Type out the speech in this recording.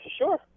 sure